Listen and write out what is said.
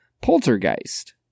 poltergeist